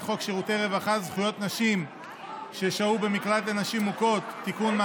חוק שירותי רווחה (זכויות נשים ששהו במקלט לנשים מוכות) (תיקון,